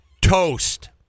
toast